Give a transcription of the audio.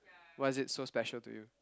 why is it so special to you